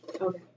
Okay